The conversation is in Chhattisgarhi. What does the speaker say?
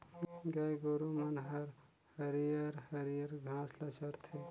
गाय गोरु मन हर हरियर हरियर घास ल चरथे